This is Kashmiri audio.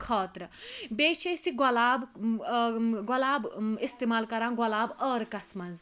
خٲطرٕ بیٚیہِ چھِ أسۍ یہِ گۄلاب گۄلاب اِستعمال کَران گۄلاب عٲرقَس مَنٛز